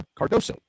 Cardoso